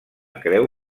creu